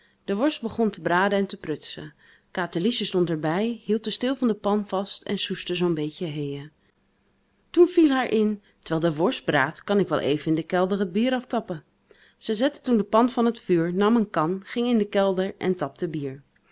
de worst begon te braden en te prutsen katerliesje stond er bij hield den steel van de pan vast en soesde zoo'n beetje heên toen viel haar in terwijl de worst braadt kan ik wel even in de kelder het bier aftappen ze zette toen de pan van het vuur nam een kan ging in de kelder en tapte bier